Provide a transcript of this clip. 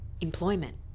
Employment